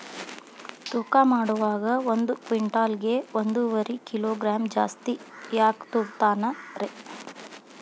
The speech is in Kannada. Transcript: ತೂಕಮಾಡುವಾಗ ಒಂದು ಕ್ವಿಂಟಾಲ್ ಗೆ ಒಂದುವರಿ ಕಿಲೋಗ್ರಾಂ ಜಾಸ್ತಿ ಯಾಕ ತೂಗ್ತಾನ ರೇ?